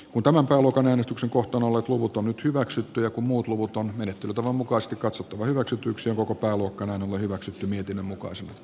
on tämä olut on äänestyksen kohtaan ole puhuttu nyt hyväksyttyä kun muut luvuton menettelytavan mukaista katsottava hyväksytyksi koko pääluokkana hyväksytty mietinnön mukaiset s